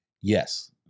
Yes